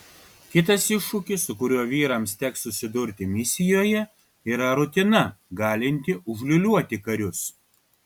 kitas iššūkis su kuriuo vyrams teks susidurti misijoje yra rutina galinti užliūliuoti karius